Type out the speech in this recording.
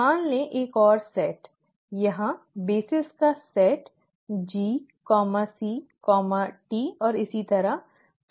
मान ले एक और सेट यहाँ बेस का सेट G C T इत्यादि